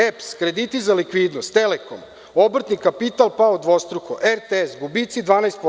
EPS, krediti za likvidnost, Telekom, obrtni kapital pao dvostruko, RTS – gubici 12%